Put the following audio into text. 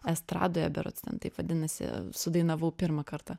estradoje berods ten taip vadinasi sudainavau pirmą kartą